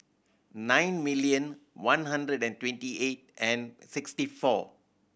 nine million one hundred and twenty eight and sixty four